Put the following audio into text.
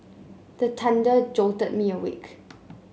the thunder jolt me awake